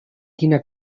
quina